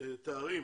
תארים